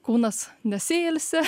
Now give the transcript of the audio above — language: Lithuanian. kūnas nesiilsi